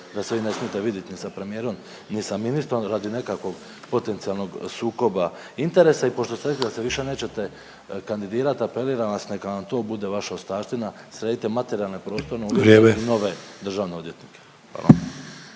da se vi ne smijete vidit ni sa premijerom ni sa ministrom radi nekakvog potencijalnoga sukoba interesa. I pošto ste rekli da se više nećete kandidirati apeliram vas neka vam to bude vaša ostavština. Sredite materijalne prostorne uvjete … …/Upadica Sanader: